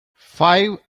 five